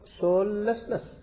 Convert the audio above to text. soullessness